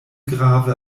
grave